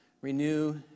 renew